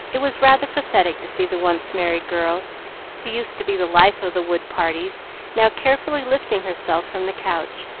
it was rather pathetic to see the once merry girl who used to be the life of the wood-parties now carefully lifting herself from the couch,